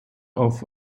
auf